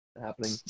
happening